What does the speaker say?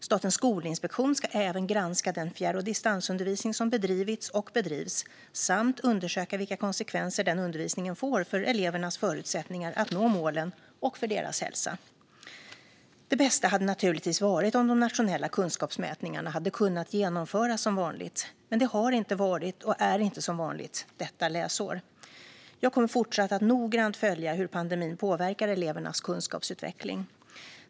Statens skolinspektion ska även granska den fjärr och distansundervisning som bedrivits och bedrivs samt undersöka vilka konsekvenser den undervisningen får för elevernas förutsättningar att nå målen och för deras hälsa. Det bästa hade naturligtvis varit om de nationella kunskapsmätningarna hade kunnat genomföras som vanligt. Men det har inte varit och är inte som vanligt detta läsår. Jag kommer fortsatt att noggrant följa hur pandemin påverkar elevernas kunskapsutveckling.